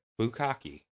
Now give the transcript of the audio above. bukaki